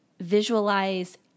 Visualize